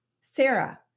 Sarah